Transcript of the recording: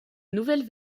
nouvelles